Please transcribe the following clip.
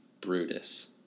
Brutus